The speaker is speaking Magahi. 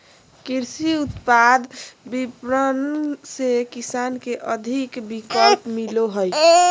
कृषि उत्पाद विपणन से किसान के अधिक विकल्प मिलो हइ